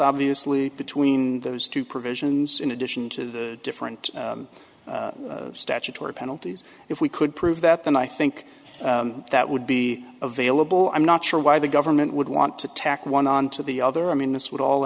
obviously between those two provisions in addition to the different statutory penalties if we could prove that then i think that would be available i'm not sure why the government would want to tack one on to the other i mean this would all